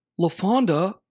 Lafonda